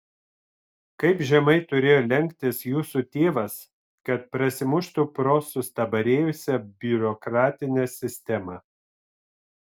kaip žemai turėjo lenktis jūsų tėvas kad prasimuštų pro sustabarėjusią biurokratinę sistemą